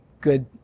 good